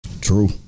True